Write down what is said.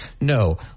No